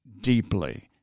deeply